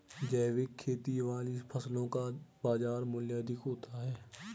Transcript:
जैविक खेती वाली फसलों का बाजार मूल्य अधिक होता है